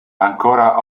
ancora